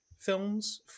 films